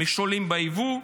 מכשולים ביבוא,